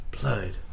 blood